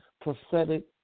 prophetic